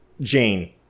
Jane